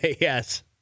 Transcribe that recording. yes